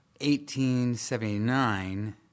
1879